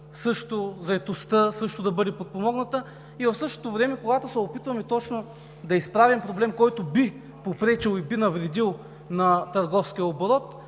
също, заетостта също да бъде подпомогната. И в същото време, когато се опитваме точно да изправим проблем, който би попречил и би навредил на търговския оборот,